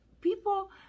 people